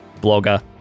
blogger